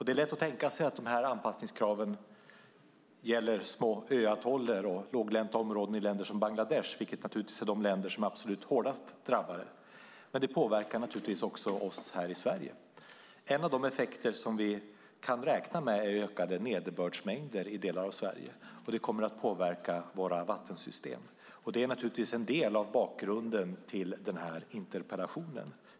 Det är lätt att tänka sig att anpassningskraven gäller atoller och låglänta områden i länder som Bangladesh, vilka är de områden som är absolut hårdast drabbade. Men det påverkar också oss här i Sverige. En av de effekter som vi kan räkna med är ökade nederbördsmängder i delar av Sverige. Det kommer att påverka våra vattensystem. Det är en del av bakgrunden till den här interpellationen.